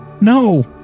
No